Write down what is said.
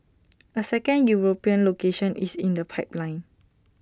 A second european location is in the pipeline